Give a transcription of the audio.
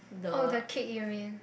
oh the cake you mean